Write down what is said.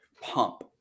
Pump